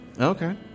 Okay